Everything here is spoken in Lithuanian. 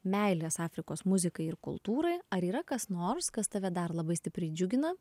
meilės afrikos muzikai ir kultūrai ar yra kas nors kas tave dar labai stipriai džiugina